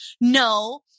No